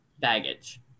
baggage